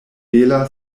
bela